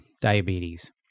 diabetes